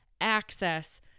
access